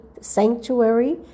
sanctuary